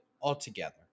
altogether